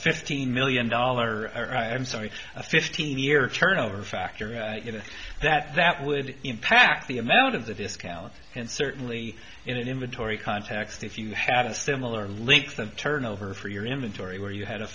fifteen million dollar i'm sorry a fifteen year turnover factor you know that that would impact the amount of the discount and certainly in an inventory context if you had a similar link the turnover for your inventory where you had a